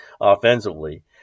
offensively